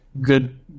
good